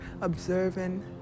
observing